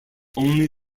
only